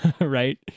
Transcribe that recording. right